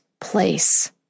place